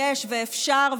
יש ואפשר,